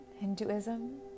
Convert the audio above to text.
Hinduism